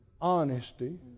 honesty